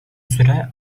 süre